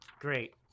Great